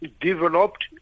developed